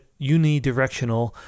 unidirectional